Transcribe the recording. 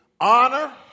honor